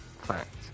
fact